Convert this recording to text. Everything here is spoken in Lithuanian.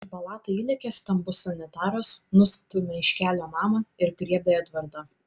į palatą įlekia stambus sanitaras nustumia iš kelio mamą ir griebia edvardą